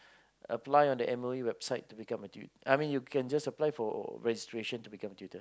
apply on the M_O_E website to become a tut~ I mean you can just apply for registration to become a tutor